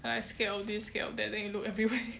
like I scared of this scared of that then you look everywhere